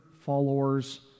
followers